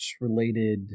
related